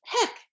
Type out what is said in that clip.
heck